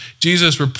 Jesus